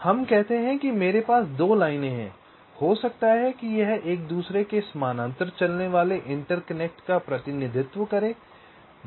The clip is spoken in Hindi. हम कहते हैं कि मेरे पास 2 लाइनें हैं हो सकता है कि यह एक दूसरे के समानांतर चलने वाले इंटरकनेक्ट का प्रतिनिधित्व करें